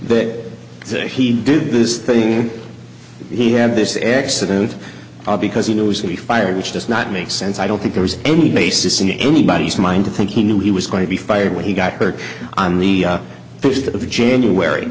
say he did this thing he had this accident because he knows that he fired which does not make sense i don't think there's any basis in anybody's mind to think he knew he was going to be fired when he got hurt on the fifth of january